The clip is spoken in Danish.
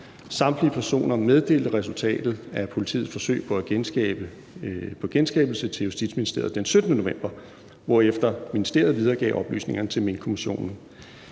Samtlige personer meddelte resultatet af politiets forsøg på genskabelse til Justitsministeriet den 17. november, hvorefter ministeriet videregav oplysningerne til Minkkommissionen.